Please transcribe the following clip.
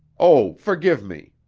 oh, forgive me.